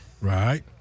Right